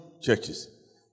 churches